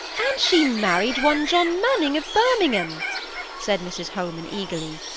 and she married one john manning, of birmingham said mrs holman, eagerly.